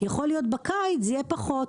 יכול להיות בקיץ זה יהיה פחות,